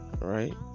right